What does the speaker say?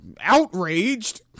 Outraged